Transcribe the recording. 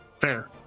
Fair